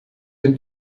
dem